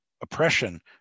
oppression